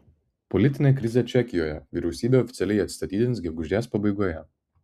politinė krizė čekijoje vyriausybė oficialiai atsistatydins gegužės pabaigoje